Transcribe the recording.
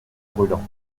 brûlants